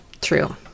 True